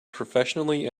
professionally